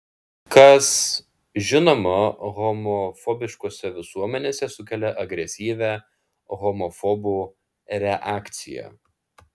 kas žinoma homofobiškose visuomenėse sukelia agresyvią homofobų reakciją